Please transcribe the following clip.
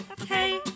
hey